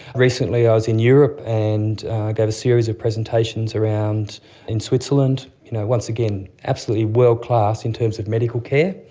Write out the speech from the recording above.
recently i was in europe and gave a series of presentations around in switzerland, and you know once again, absolutely world class in terms of medical care,